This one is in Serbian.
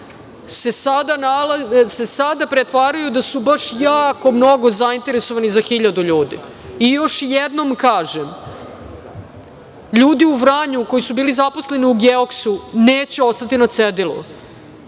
se sada pretvaraju da su baš jako mnogo zainteresovani za 1.000 ljudi. Još jednom kažem, ljudi u Vranju, koji su bili zaposleni u „Geoksu“ neće ostati na cedilu.